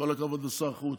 כל הכבוד לשר החוץ,